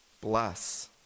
Bless